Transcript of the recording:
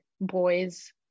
boys